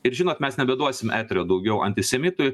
ir žinot mes nebeduosim eterio daugiau antisemitui